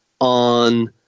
on